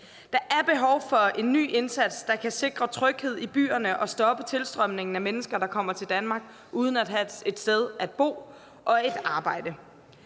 Der er behov for en ny indsats, der kan sikre tryghed i byerne og stoppe tilstrømningen af mennesker, der kommer til Danmark uden at have et sted at bo og et arbejde.